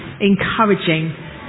encouraging